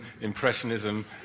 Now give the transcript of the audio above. impressionism